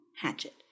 hatchet